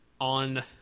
on